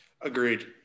Agreed